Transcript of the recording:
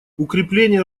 укрепление